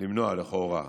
למנוע זאת, לכאורה.